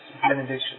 benediction